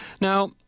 now